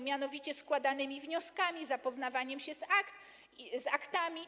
mianowicie składanymi wnioskami, zapoznawaniem się z aktami.